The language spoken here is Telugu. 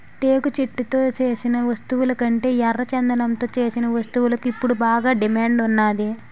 టేకు చెక్కతో సేసిన వస్తువులకంటే ఎర్రచందనంతో సేసిన వస్తువులకు ఇప్పుడు బాగా డిమాండ్ ఉన్నాది